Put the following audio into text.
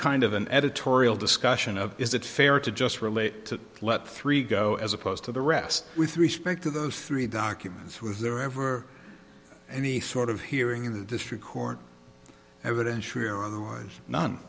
kind of an editorial discussion of is it fair to just relate to let three go as opposed to the rest with respect to those three documents was there ever any sort of hearing in the district court evidence